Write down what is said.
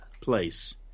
place